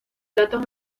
datos